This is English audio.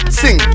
sing